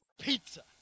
Pizza